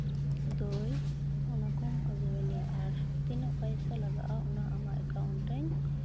ᱫᱳᱭ ᱚᱱᱟᱠᱚᱢ ᱟᱹᱜᱩ ᱤᱧᱟᱹ ᱟᱨ ᱛᱤᱱᱟᱹᱜ ᱯᱚᱭᱥᱟ ᱞᱟᱜᱟᱜᱼᱟ ᱚᱱᱟ ᱟᱢᱟᱜ ᱮᱠᱟᱣᱩᱱᱴ ᱨᱮᱧ